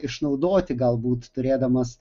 išnaudoti galbūt turėdamas